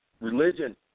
religion